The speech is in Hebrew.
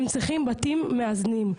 הם צריכים בתים מאזנים.